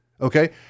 Okay